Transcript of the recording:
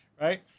right